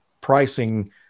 pricing